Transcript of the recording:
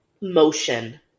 motion